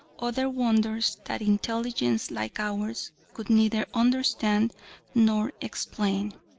other wonders that intelligence like ours could neither understand nor explain.